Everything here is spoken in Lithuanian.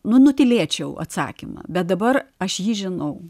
nu nutylėčiau atsakymą bet dabar aš jį žinau